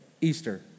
Easter